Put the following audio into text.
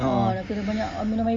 orh